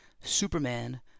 Superman